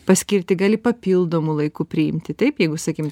paskirti gali papildomu laiku priimti taip jeigu sakykim